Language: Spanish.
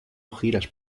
giras